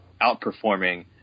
outperforming